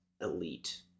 elite